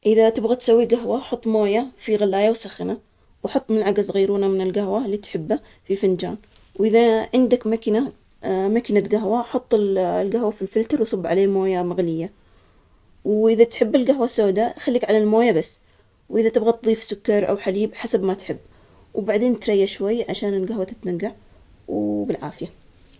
حتى تسوي فنجان قهوة طيب، لازم يكون ل- عندنا قهوة مطحونة، ومي، وسكر حسب الرغبة. نغلي المي على النار، وبعدها نضيفلها القهوة، ي- معلقة أو معلقة ونصف حسب كيف نحبها. نحرك المزيج كويس، وبعدها نضيف السكر حسب الرغبة. وإذا تبين لا تضيف سكر, إذا قاد القهوة تقيلة, نصفيها شوي بالكوب ونستمتع.